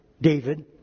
David